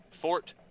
Fort